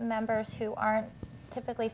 members who are typically